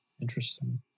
Interesting